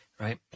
right